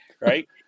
right